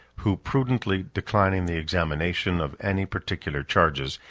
who, prudently declining the examination of any particular charges,